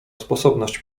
sposobność